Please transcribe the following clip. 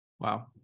Wow